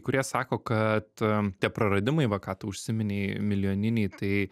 kurie sako kad tie praradimai va ką tu užsiminei milijoniniai tai